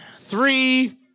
three